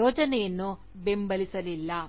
ಯೋಜನೆಯನ್ನು ಬೆಂಬಲಿಸಲಿಲ್ಲ